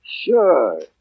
Sure